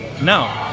no